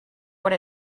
what